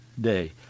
day